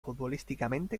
futbolísticamente